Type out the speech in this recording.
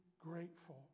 grateful